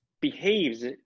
behaves